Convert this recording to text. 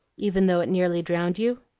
even though it nearly drowned you?